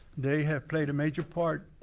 they have played a major part.